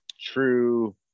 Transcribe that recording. true